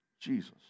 Jesus